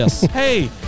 Hey